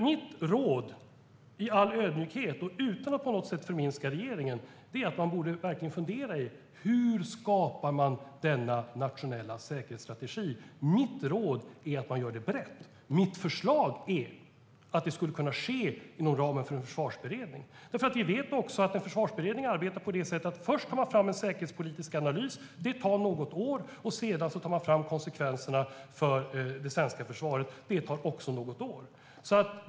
Mitt råd i all ödmjukhet, och utan att på något sätt förminska regeringen, är att man verkligen borde fundera över hur man skapar denna nationella säkerhetsstrategi. Mitt råd är att man gör det brett. Mitt förslag är att det skulle kunna ske inom ramen för en försvarsberedning. Vi vet nämligen att en försvarsberedning arbetar på det sättet att man först tar fram en säkerhetspolitisk analys. Det tar något år. Sedan tar man fram konsekvenserna för det svenska försvaret. Det tar också något år.